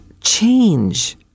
change